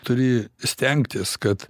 turi stengtis kad